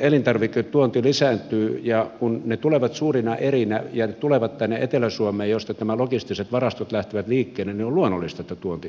elintarviketuonti kuitenkin lisääntyy ja kun tuotteet tulevat suurina erinä ja ne tulevat tänne etelä suomeen josta nämä logistiset varastot lähtevät liikkeelle niin on luonnollista että tuonti lisääntyy